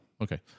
Okay